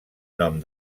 nom